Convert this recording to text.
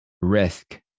risk